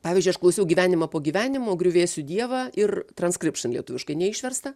pavyzdžiui aš klausiau gyvenimą po gyvenimo griuvėsių dievą ir transkripšn lietuviškai neišverstą